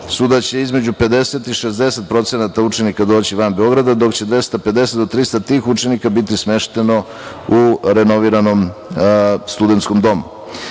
su da će između 50% i 60% učenika doći van Beograda, dok će 250 do 300 tih učenika biti smešteno u renoviranom studenskom